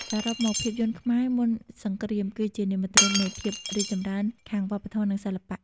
សរុបមក ភាពយន្តខ្មែរមុនសង្គ្រាមគឺជានិមិត្តរូបនៃភាពរីកចម្រើនខាងវប្បធម៌ និងសិល្បៈ។